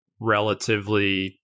relatively